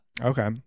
Okay